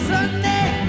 Sunday